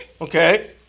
Okay